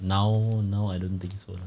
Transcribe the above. now now I don't think so